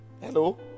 Hello